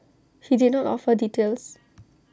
he did not offer details